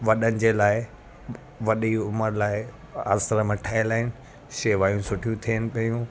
वॾनि जे लाइ वॾी उमिरि लाइ आश्रम ठहियल आहिनि शेवाऊं सुठी थियनि पेयूं